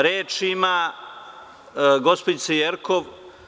Reč ima gospođica Jerkov.